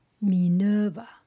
Minerva